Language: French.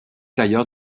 tailleur